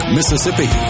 Mississippi